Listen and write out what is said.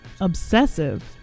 obsessive